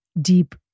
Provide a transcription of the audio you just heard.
deep